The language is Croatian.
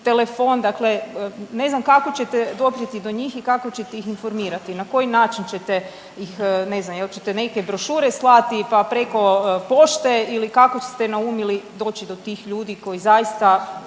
telefon, dakle, ne znam kako ćete doprijeti do njih i kako ćete ih informirati, na koji način ćete ih, ne znam, je li ćete neke brošure slati pa preko pošte ili kako ste naumili doći do tih ljudi koji zaista